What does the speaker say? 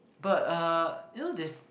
but uh you know there